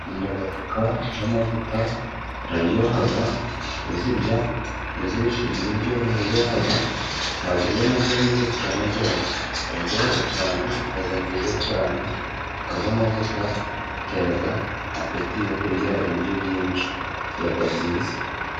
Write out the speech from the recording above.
Nkunda voka z'amavuta ziraryoha, kuzirya uzirishije ibiryo ziryoha, wazirya na zonyine zikanaryoha. Ziraryoha cyane, ziba nziza cyane voka z'amavuta zitera apeti yo kurya ibiryo byinshi, ziba nziza.